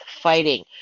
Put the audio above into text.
fighting